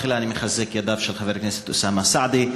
תחילה אני מחזק את ידיו של חבר הכנסת אוסאמה סעדי,